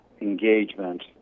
engagement